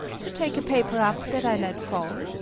to take a paper up that i let fall.